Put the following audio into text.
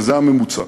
וזה הממוצע.